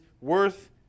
worth